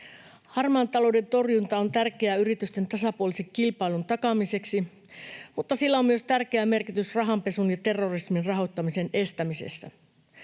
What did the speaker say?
Harmaan talouden torjunta on tärkeää yritysten tasapuolisen kilpailun takaamiseksi, mutta sillä on myös tärkeä merkitys rahanpesun ja terrorismin rahoittamisen estämisessä.